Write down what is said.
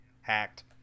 Hacked